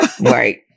right